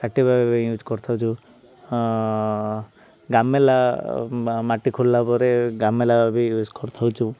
କାଟିବା ପାଇଁ ୟୁଜ୍ କରିଥାଉଛୁ ଗାମେଲା ମାଟି ଖୋଲିଲା ପରେ ଗାମେଲା ବି ୟୁଜ୍ କରିଥାଉଛୁ